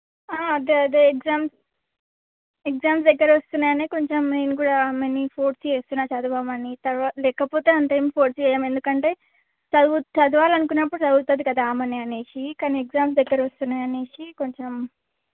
అదే అదే exams exams దగ్గర వస్తున్నాయనే కొంచెం నేను కూడా ఆమెని ఫోర్స్ చేస్తున్న చదవమని లేకపోతే అంత ఏం ఫోర్స్ చెయ్యం ఎందుకంటే చదువు చదవాలి అనుకున్నప్పుడు చదువుతుంది కదా ఆమనే అనేసి కానీ ఎగ్జామ్స్ దగ్గర వస్తున్నాయనేసి కొంచెం